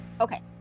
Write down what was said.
Okay